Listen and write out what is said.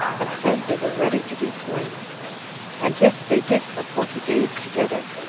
and said they were ready to be slain and this they did for forty days together,